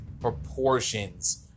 proportions